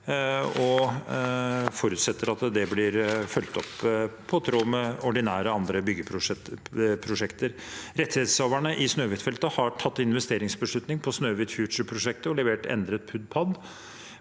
og forutsetter at det blir fulgt opp i tråd med andre ordinære byggeprosjekter. Rettighetshaverne i Snøhvit-feltet har tatt en investeringsbeslutning på Snøhvit Future-prosjektet og levert endret PUD/PAD